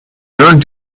going